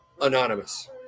anonymous